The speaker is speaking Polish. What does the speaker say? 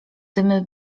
dymy